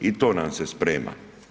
I to nam se sprema.